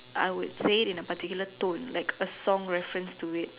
I would say it in a particular tone like a song reference to it